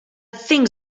things